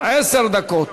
עשר דקות.